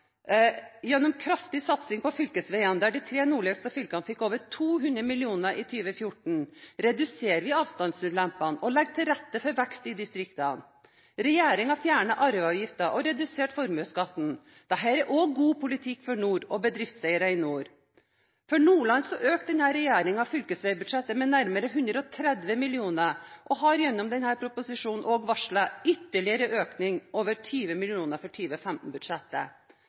Gjennom kraftig satsing på fylkesveier, der de tre nordligste fylkene fikk over 200 mill. kr i 2014, reduserer vi avstandsulempene og legger til rette for vekst i distriktene. Regjeringen har fjernet arveavgiften og redusert formuesskatten. Dette er også god politikk for nord og bedriftseiere i nord. For Nordland økte denne regjeringen fylkesveibudsjettet med nærmere 130 mill. kr og har gjennom denne proposisjonen varslet ytterligere økning, med over 20 mill. kr for